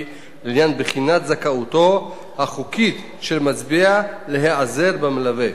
לעניין בחינת זכאותו החוקית של מצביע להיעזר במלווה.